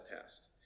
test